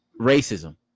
racism